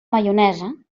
maionesa